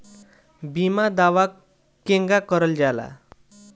बीमा दावा केगा करल जाला?